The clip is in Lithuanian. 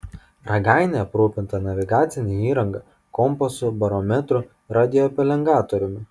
ragainė aprūpinta navigacine įranga kompasu barometru radiopelengatoriumi